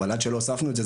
אבל עד שלא הוספנו את זה,